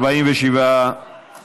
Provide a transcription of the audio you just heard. סעיפים 1 28 נתקבלו.